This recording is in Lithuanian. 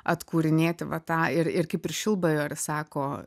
atkūrinėti va tą ir ir kaip ir šilbajoris sako